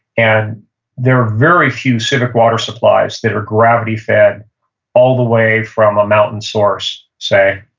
and there are very few civic water supplies that are gravity fed all the way from a mountain source, say,